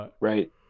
Right